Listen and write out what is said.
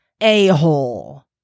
a-hole